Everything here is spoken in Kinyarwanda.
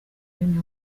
bene